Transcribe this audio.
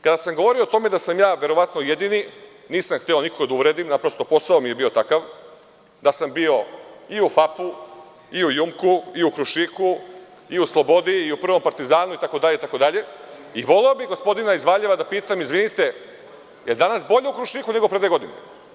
Kada sam govorio o tome da sam ja verovatno jedini, nisam hteo nikoga da uvredim, naprosto, posao mi je bio takav, da sam bio i u FAP-u i u „Jumku“, „Krušiku“, „Slobodi“, „Prvom partizanu“ i voleo bih onda gospodina iz Valjeva da pitam, izvinite, da li je danas bolje u „Krušiku“ nego pre dve godine?